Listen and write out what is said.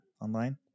online